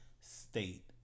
state